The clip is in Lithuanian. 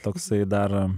toksai dar